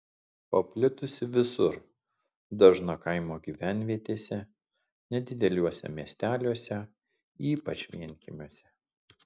paplitusi visur dažna kaimo gyvenvietėse nedideliuose miesteliuose ypač vienkiemiuose